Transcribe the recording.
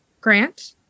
Grant